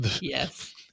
yes